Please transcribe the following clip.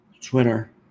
Twitter